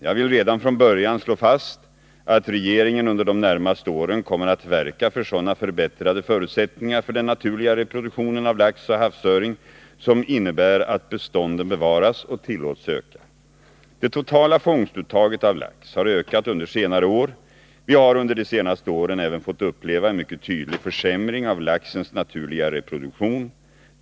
Jag vill redan från början slå fast att regeringen under de närmaste åren kommer att verka för sådana förbättrade förutsättningar för den naturliga reproduktionen av lax och havsöring som innebär att bestånden bevaras och tillåts öka. Det totala fångstuttaget av lax har ökat under senare år. Vi har under de senaste åren även fått uppleva en mycket tydlig försämring av laxens naturliga reproduktion.